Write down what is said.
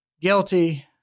guilty